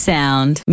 Sound